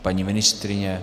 Paní ministryně?